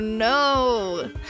No